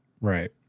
Right